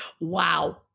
Wow